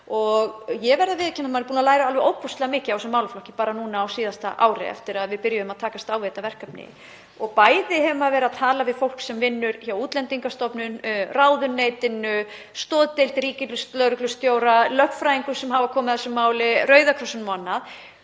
Ég verð að viðurkenna að maður er búinn að læra alveg ofboðslega mikið af þessum málaflokki bara núna á síðasta ári eftir að við byrjuðum að takast á við þetta verkefni. Bæði hefur maður verið að tala við fólk sem vinnur hjá Útlendingastofnun, ráðuneytinu, stoðdeild ríkislögreglustjóra, lögfræðinga sem hafa komið að þessu máli, Rauða krossinn